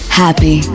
happy